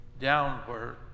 downward